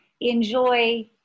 enjoy